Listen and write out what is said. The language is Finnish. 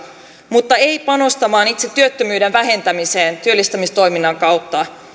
mutta ei panostamaan itse työttömyyden vähentämiseen työllistämistoiminnan kautta